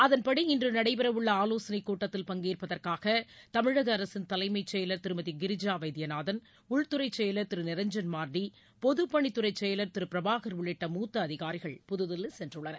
அதன்படி இன்று நடைபெறவுள்ள ஆலோசனை கூட்டத்தில் பங்கேற்பதற்காக தமிழக அரசின் தலைமை செயலர் திருமதி கிரிஜா வைத்தியநாதன் உள்துறை செயலர் திரு நிரஞ்சன் மார்டி பொதுப்பணித்துறை செயலர் திரு பிரபாகர் உள்ளிட்ட மூத்த அதிகாரிகள் புதுதில்லி சென்றுள்ளனர்